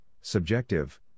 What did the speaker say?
Subjective